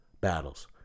battles